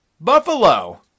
Buffalo